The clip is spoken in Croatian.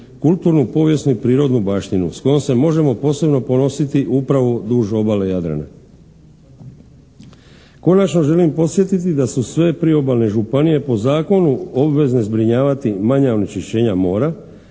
kulturnu, povijesnu i prirodnu baštinu s kojom se možemo posebno ponositi upravo duž obale Jadrana. Konačno, želim podsjetiti da su sve priobalne županije po zakonu obvezne zbrinjavati manja onečišćenja mora